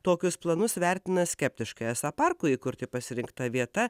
tokius planus vertina skeptiškai esą parkui įkurti pasirinkta vieta